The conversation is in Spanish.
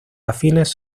afines